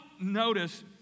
notice